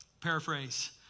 Paraphrase